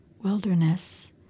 wilderness